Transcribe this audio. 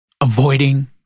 Avoiding